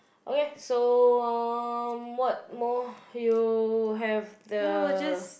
okay so um what more you have the